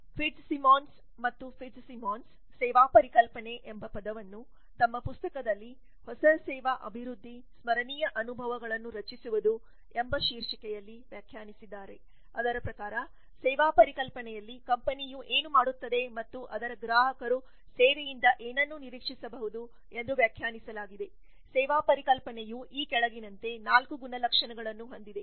Fitzsimmons ಮತ್ತು Fitzsimmons ಸೇವಾ ಪರಿಕಲ್ಪನೆ ಎಂಬ ಪದವನ್ನುತಮ್ಮ ಪುಸ್ತಕದಲ್ಲಿ ಹೊಸ ಸೇವಾ ಅಭಿವೃದ್ಧಿ ಸ್ಮರಣೀಯ ಅನುಭವಗಳನ್ನು ರಚಿಸುವುದು ಎಂಬ ಶೀರ್ಷಿಕೆಯಲ್ಲಿ ವ್ಯಾಖ್ಯಾನಿಸಿದ್ದಾರೆ ಅದರ ಪ್ರಕಾರ ಸೇವಾ ಪರಿಕಲ್ಪನೆಯಲ್ಲಿ ಕಂಪನಿಯು ಏನು ಮಾಡುತ್ತದೆ ಮತ್ತು ಅದರ ಗ್ರಾಹಕರು ಸೇವೆಯಿಂದ ಏನನ್ನು ನಿರೀಕ್ಷಿಸಬಹುದು ಎಂದು ವ್ಯಾಖ್ಯಾನಿಸಲಾಗಿದೆ ಸೇವಾ ಪರಿಕಲ್ಪನೆಯು ಈ ಕೆಳಗಿನಂತೆ 4 ಗುಣಲಕ್ಷಣಗಳನ್ನು ಹೊಂದಿದೆ